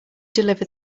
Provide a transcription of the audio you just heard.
deliver